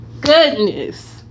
goodness